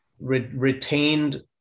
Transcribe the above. retained